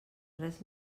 res